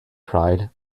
cried